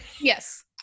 yes